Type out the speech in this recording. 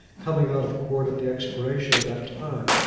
coming out of court at the expiration of that time,